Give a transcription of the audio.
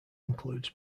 includes